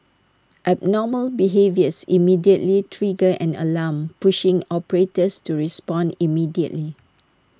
abnormal behaviours immediately trigger an alarm pushing operators to respond immediately